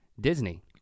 Disney